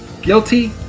Guilty